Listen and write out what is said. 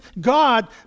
God